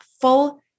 full